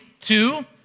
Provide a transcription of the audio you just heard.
two